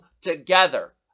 together